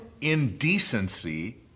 indecency